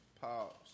Pause